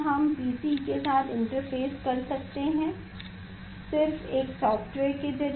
PC mode का मतलब है यहाँ हम PC के साथ इंटरफेस कर सकते हैं सिर्फ एक सॉफ्टवेयर के जरिये